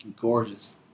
gorgeous